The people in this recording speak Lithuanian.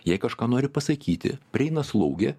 jai kažką nori pasakyti prieina slaugė